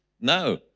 no